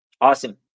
Awesome